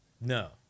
No